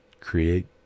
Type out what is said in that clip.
create